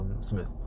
Smith